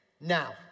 Now